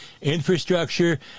infrastructure